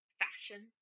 fashion